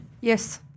Yes